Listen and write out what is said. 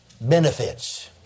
Benefits